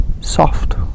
Soft